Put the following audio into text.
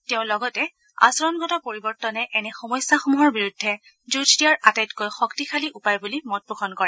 তেওঁ লগতে আচৰণগত পৰিৱৰ্তনে এনে সমস্যাসমূহৰ বিৰুদ্ধে যুজ দিয়াৰ আটাইতকৈ শক্তিশালী উপায় বুলি মত পোষণ কৰে